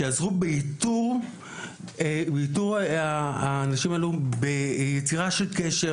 שיעזרו באיתור האנשים האלה, ביצירה של קשר